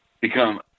become